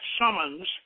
summons